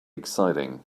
exciting